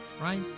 right